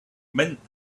meant